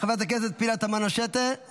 חברת הכנסת פנינה תמנו שטה,